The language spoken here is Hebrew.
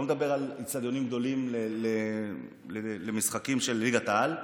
אני לא מדבר על אצטדיונים גדולים למשחקים של ליגת העל.